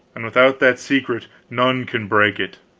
and without that secret none can break it.